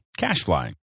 CashFly